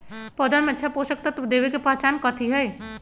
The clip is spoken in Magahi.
पौधा में अच्छा पोषक तत्व देवे के पहचान कथी हई?